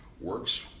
works